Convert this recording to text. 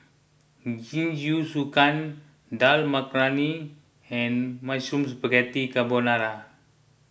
Jingisukan Dal Makhani and Mushroom Spaghetti Carbonara